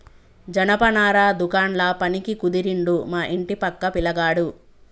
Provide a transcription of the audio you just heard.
జనపనార దుకాండ్ల పనికి కుదిరిండు మా ఇంటి పక్క పిలగాడు